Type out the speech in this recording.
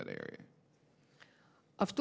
that area of